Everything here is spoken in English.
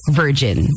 virgin